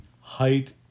height